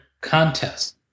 contest